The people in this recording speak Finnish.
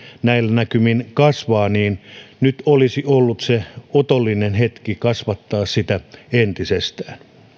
näillä näkymin kasvaa niin nyt olisi ollut se otollinen hetki kasvattaa sitä entisestään